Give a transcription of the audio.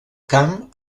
camp